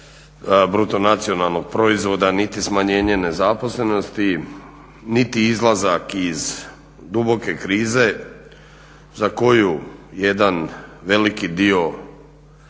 bruto nacionalnog proizvoda, niti smanjene nezaposlenosti, niti izlazak iz duboke krize za koju jedan veliki dio